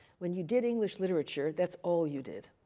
when you did english literature, that's all you did.